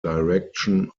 direction